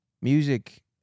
music